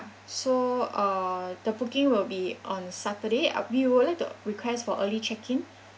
so uh the booking will be on saturday uh we would like to request for early check-in